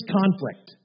conflict